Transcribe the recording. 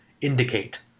indicate